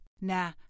Nah